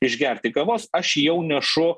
išgerti kavos aš jau nešu